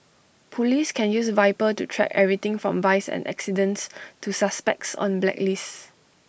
Police can use Viper to track everything from vice and accidents to suspects on blacklists